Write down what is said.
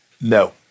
No